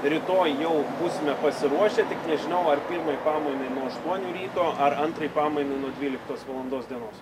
rytoj jau būsime pasiruošę tik nežinau ar pirmai pamainai nuo ašuonių ryto ar antrai pamainai nuo dvyliktos valandos dienos